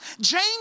James